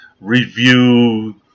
review